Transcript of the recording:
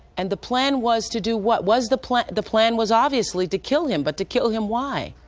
and the plan was to do what? was the plan the plan was, obviously, to kill him, but to kill him, why?